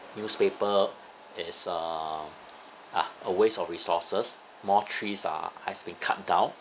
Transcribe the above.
newspaper is a ah a waste of resources more trees are has been cut down